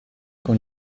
con